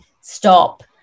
stop